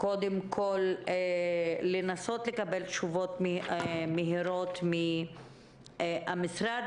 לשמוע תשובות מהירות מהמשרד,